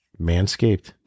Manscaped